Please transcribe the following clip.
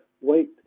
wait